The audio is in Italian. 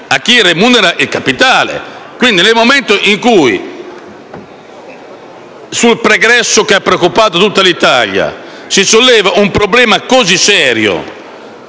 tra chi remunera il capitale. Pertanto, nel momento in cui sul pregresso che ha preoccupato tutta l'Italia si solleva un problema così serio,